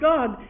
God